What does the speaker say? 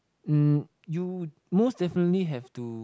um you most definitely have to